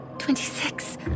Twenty-six